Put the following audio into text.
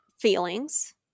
feelings